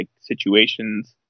situations